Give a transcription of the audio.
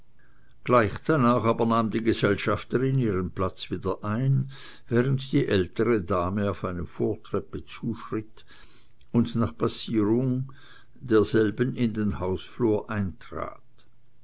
die gesellschafterin ihren platz wieder ein während die ältere dame auf eine vortreppe zuschritt und nach passierung derselben in den hausflur eintrat